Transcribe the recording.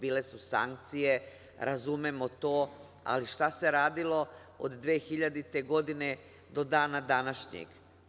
Bile su sankcije, razumemo to, ali šta se radilo od 2000. godine do dana današnjeg?